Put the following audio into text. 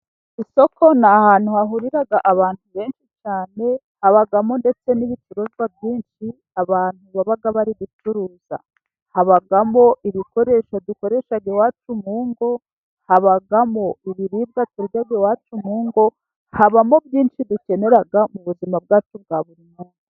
Isoko ni ahantu hahurira abantu benshi cyane, habamo ndetse n'ibicuruzwa byinshi abantu baba bari gucuruza, habamo ibikoresho dukoresha iwacu mu ngo, habamo ibiribwa turya iwacu mu ngo, habamo byinshi dukenera mu buzima bwacu bwa buri munsi.